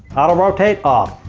auto rotate. off.